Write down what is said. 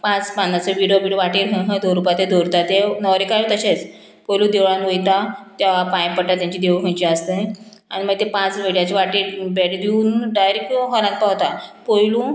पांच पानांचो विडो विडो वाटेर खंय खंय दवरपा ते दवरता ते न्हवऱ्याकार तशेंच पयलू देवळान वयता त्या पांय पडटा तेंची देव खंयचे आसा ते आनी मागीर ते पांच विड्याचे वाटेर भेट दिवन डायरेक्ट हॉलांत पावता पयलू